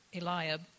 Eliab